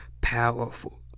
powerful